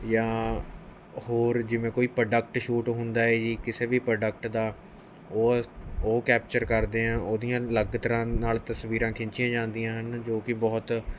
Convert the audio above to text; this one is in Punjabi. ਜਾਂ ਹੋਰ ਜਿਵੇਂ ਕੋਈ ਪ੍ਰੋਡਕਟ ਸ਼ੂਟ ਹੁੰਦਾ ਹੈ ਜੀ ਕਿਸੇ ਵੀ ਪ੍ਰੋਡਕਟ ਦਾ ਉਹ ਉਹ ਕੈਪਚਰ ਕਰਦੇ ਹਾਂ ਉਹਦੀਆਂ ਅਲੱਗ ਤਰ੍ਹਾਂ ਨਾਲ ਤਸਵੀਰਾਂ ਖਿੱਚੀਆਂ ਜਾਂਦੀਆਂ ਹਨ ਜੋ ਕਿ ਬਹੁਤ